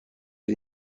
این